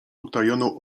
utajoną